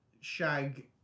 shag